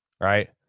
right